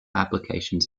applications